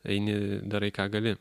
eini darai ką gali